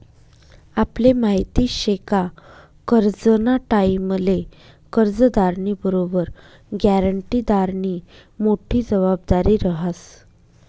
आपले माहिती शे का करजंना टाईमले कर्जदारनी बरोबर ग्यारंटीदारनी मोठी जबाबदारी रहास